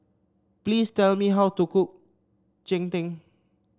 please tell me how to cook Cheng Tng